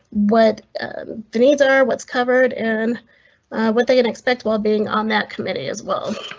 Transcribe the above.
what the needs are, what's covered, and what they can expect while being on that committee as well.